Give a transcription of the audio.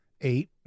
Eight